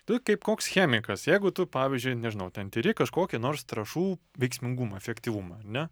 tu kaip koks chemikas jeigu tu pavyzdžiui nežinau ten tiri kažkokį nors trąšų veiksmingumą efektyvumą ar ne